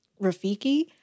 Rafiki